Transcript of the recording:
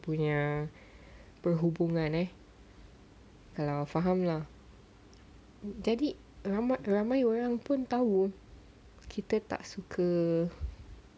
punya perhubungan ah kalau faham lah jadi ra~ ramai orang pun tahu kita tak suka